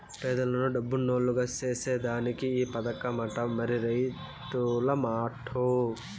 పేదలను డబ్బునోల్లుగ సేసేదానికే ఈ పదకమట, మరి రైతుల మాటో